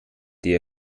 der